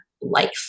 life